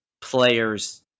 players